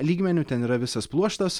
lygmeniu ten yra visas pluoštas